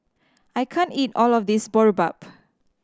I can't eat all of this Boribap